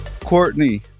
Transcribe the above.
Courtney